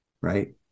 Right